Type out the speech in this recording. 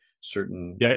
certain